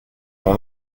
dans